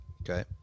okay